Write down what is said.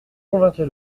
convainquez